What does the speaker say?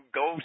go